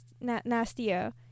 nastier